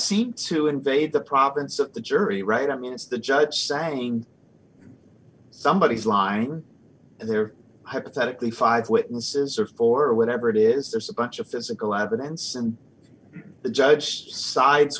seem to invade the problems of the jury right i mean it's the judge saying somebody is lying there hypothetically five witnesses or four or whatever it is there's a bunch of physical evidence and the judge sides